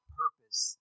purpose